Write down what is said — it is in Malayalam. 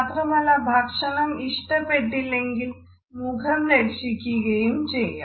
മാത്രമല്ല ഭക്ഷണം ഇഷ്ടപ്പെട്ടില്ലെങ്കിൽ മുഖം രക്ഷിക്കുകയും ചെയ്യാം